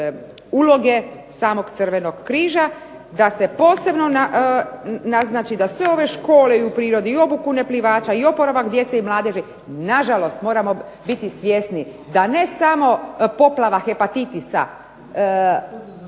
uloge samog Crvenog križa, da se posebno naznači da sve ove škole u prirodi i obuku neplivača i oporavak djece i mladeži na žalost moramo biti svjesni da ne samo poplava hepatitisa